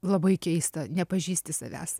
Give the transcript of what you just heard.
labai keista nepažįsti savęs